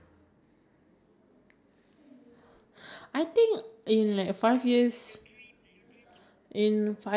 no no no uh I would I would like I would like to be maybe like air stewardesses maybe because you can travel